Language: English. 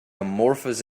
amorphous